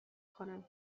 کنم